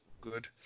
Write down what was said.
Good